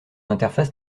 interface